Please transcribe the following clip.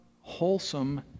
wholesome